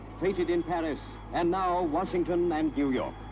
feted in paris, and now washington and new york.